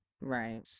Right